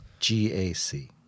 GAC